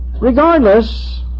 regardless